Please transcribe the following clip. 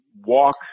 walk